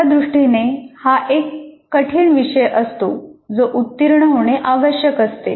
त्याच्या दृष्टीने हा एक कठीण विषय असतो जो उत्तीर्ण होणे आवश्यक असते